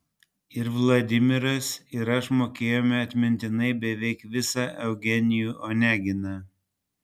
ir vladimiras ir aš mokėjome atmintinai beveik visą eugenijų oneginą